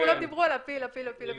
כי כולם דיברו: הפיל, הפיל, הפיל.